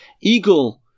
eagle